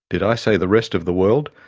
did i say the rest of the world?